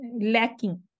lacking